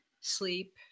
sleep